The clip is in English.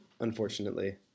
unfortunately